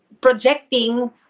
projecting